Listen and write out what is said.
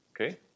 okay